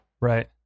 Right